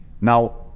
now